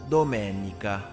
Domenica